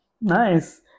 Nice